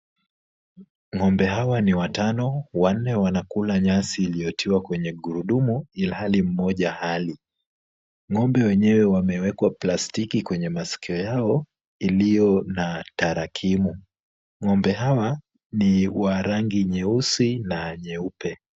Ng'ombe hawa ni watano. Wanne wanakula nyasi iliyotiwa kwenye gurudumu ilhali mmoja hali. Ng'ombe wenyewe wamewekwa palstiki kwenye masikio yao iliyo na tarakimu. Ng'ombe hawa ni wa rangi nyeusi na weupe.